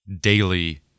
daily